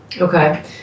Okay